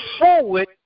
forward